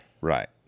Right